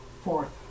Fourth